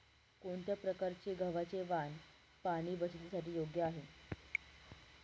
कोणत्या प्रकारचे गव्हाचे वाण पाणी बचतीसाठी योग्य आहे?